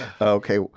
Okay